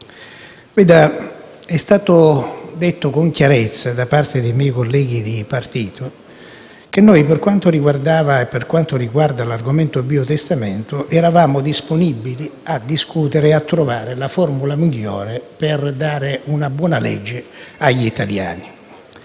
È stato detto con chiarezza da parte dei miei colleghi di partito che noi, per quanto riguarda l'argomento biotestamento, eravamo disponibili a discutere e a trovare la formula migliore per dare una buona legge agli italiani.